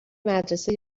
مدرسه